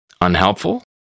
Unhelpful